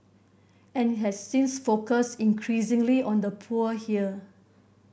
any has since focused increasingly on the poor here